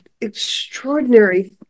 extraordinary